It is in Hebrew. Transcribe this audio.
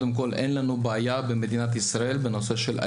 גם איני חושב, למרות שייתכן שזה חלק